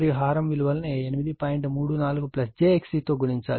34 j XC తో గుణించాలి